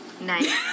Nice